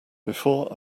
before